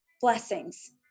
blessings